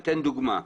דוגמה.